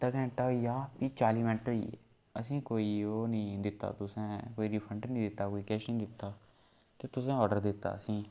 अद्धा घैंटा होई गेआ फ्ही चाली मिनट होई गे असें गी कोई ओह् नी दित्ता तुसें कोई रिफंड नेईं दित्ता कोई किश नी दित्ता कि तुसें आर्डर दित्ता असेंगी